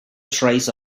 trace